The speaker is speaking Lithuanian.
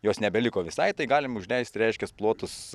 jos nebeliko visai tai galim užleisti reiškias plotus